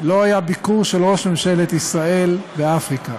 לא היה ביקור של ראש ממשלת ישראל באפריקה.